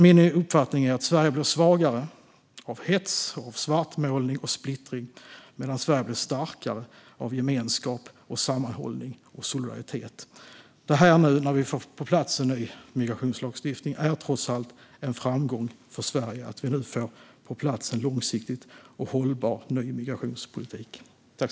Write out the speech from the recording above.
Min uppfattning är att Sverige blir svagare av hets, svartmålning och splittring medan det blir starkare av gemenskap, sammanhållning och solidaritet. När vi nu får på plats en ny migrationslagstiftning är det trots allt en framgång för Sverige. Det är en långsiktig och hållbar ny migrationspolitik.